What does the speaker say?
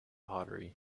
pottery